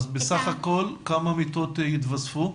אז בסך הכול כמה מיטות יתווספו?